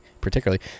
particularly